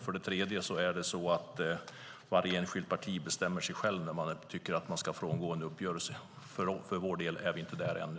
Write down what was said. För det tredje är det så att varje enskilt parti bestämmer självt när man tycker att man ska frångå en uppgörelse. För vår del är vi inte där ännu.